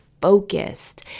focused